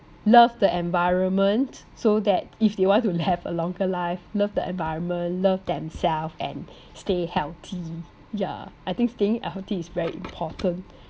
love the environment so that if they want to have a longer life love the environment love themselves and stay healthy yeah I think staying healthy is very important